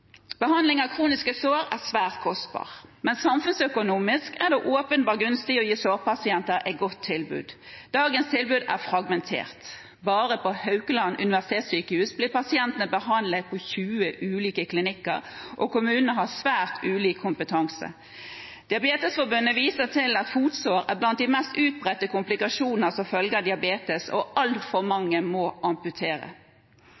behandling. Behandling av kroniske sår er svært kostbart, men samfunnsøkonomisk er det åpenbart gunstig å gi sårpasienter et godt tilbud. Dagens tilbud er fragmentert. Bare på Haukeland universitetssykehus blir pasientene behandlet på 20 ulike klinikker, og kommunene har svært ulik kompetanse. Diabetesforbundet viser til at fotsår er blant de mest utbredte komplikasjoner som følge av diabetes, og altfor